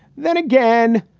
then again.